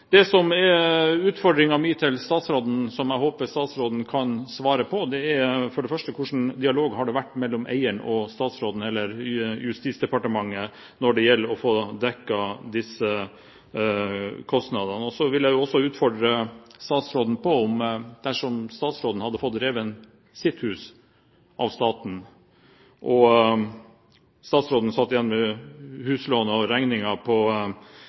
Det som er utfordringen min til statsråden, og som jeg håper statsråden kan svare på, er for det første: Hva slags dialog har det vært mellom eieren og Justisdepartementet når det gjelder å få dekket disse kostnadene? Så vil jeg også utfordre statsråden: Dersom statsråden hadde fått revet sitt hus av staten, og han satt igjen med huslånet og